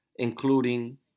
including